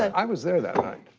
i was there that night,